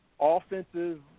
offensive